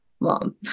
mom